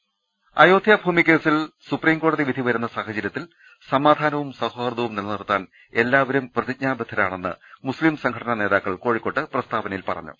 രദ്ദേഷ്ടങ അയോധ്യ ഭൂമി കേസിൽ സുപ്രീംകോടതി വിധി വരുന്ന സാഹചര്യ ത്തിൽ സമാധാനവും സൌഹാർദ്ദവും നിലനിർത്താൻ എല്ലാവരും പ്രതിജ്ഞാ ബദ്ധരാണെന്ന് മുസ്തിം സംഘടനാ നേതാക്കൾ കോഴിക്കോട്ട് പ്രസ്താവന യിൽ പറഞ്ഞു